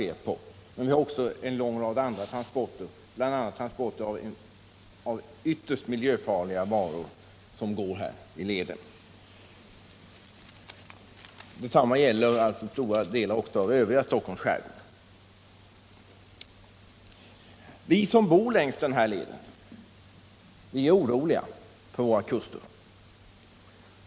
Men det förekommer också i denna farled en lång rad andra transporter av ytterst miljöfarliga varor. Samma förhållande gäller också stora delar av Stockholms skärgård i övrigt. Vi som bor längs Södertäljeleden är oroliga för våra kuster.